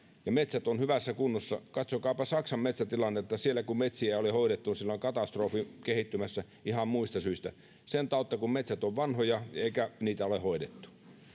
metsät ovat hyvässä kunnossa katsokaapa saksan metsätilannetta siellä kun metsiä ei ole hoidettu on katastrofi kehittymässä ihan muista syistä sen tautta kun metsät ovat vanhoja eikä niitä ole hoidettu